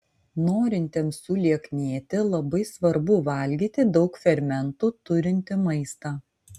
norintiems sulieknėti labai svarbu valgyti daug fermentų turintį maistą